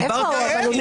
דיברתי על --- רגע,